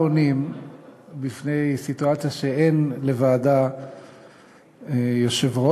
אונים בפני סיטואציה שאין לוועדה יושב-ראש,